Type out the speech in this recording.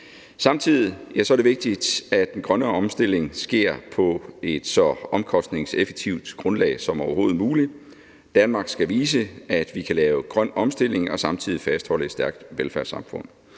Samtidig er det vigtigt, at den grønne omstilling sker på et så omkostningseffektivt grundlag som overhovedet muligt. Danmark skal vise, at vi kan lave grøn omstilling og samtidig fastholde et stærkt velfærdssamfund.